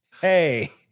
Hey